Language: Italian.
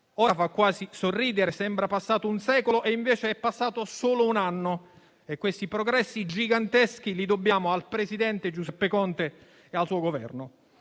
Ora fa quasi sorridere. Sembra passato un secolo e, invece, è passato solo un anno e questi progressi giganteschi li dobbiamo al presidente Giuseppe Conte e al suo Governo.